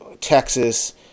Texas